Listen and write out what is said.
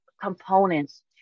components